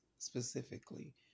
specifically